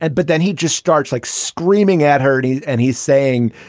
and but then he just starts like screaming at hurty and he's saying,